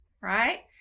right